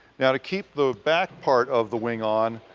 now to keep the back part of the wing on,